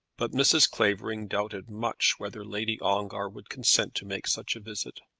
but mrs. clavering doubted much whether lady ongar would consent to make such a visit.